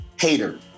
hater